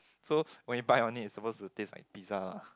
so when you bite on it it's suppose to taste like pizza